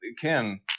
Kim